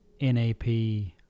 NAP